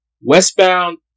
westbound